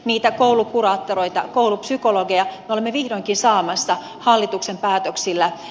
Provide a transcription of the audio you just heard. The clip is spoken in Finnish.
niitä koulukuraattoreita koulupsykologeja me olemme vihdoinkin saamassa hallituksen päätöksillä